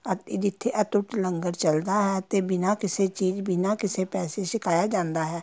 ਅਤੇ ਜਿੱਥੇ ਅਟੁੱਟ ਲੰਗਰ ਚਲਦਾ ਹੈ ਅਤੇ ਬਿਨਾਂ ਕਿਸੇ ਚੀਜ਼ ਬਿਨਾਂ ਕਿਸੇ ਪੈਸੇ ਛਕਾਇਆ ਜਾਂਦਾ ਹੈ